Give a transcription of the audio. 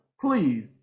please